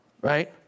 Right